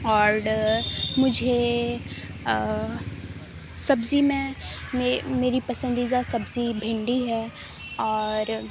اور مجھے سبزی میں میری پسندیدہ سبزی بھنڈی ہے اور